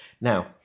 Now